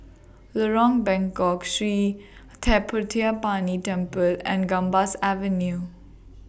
Lorong Bengkok Sri Thendayuthapani Temple and Gambas Avenue